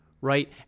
right